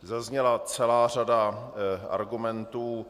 Zazněla celá řada argumentů.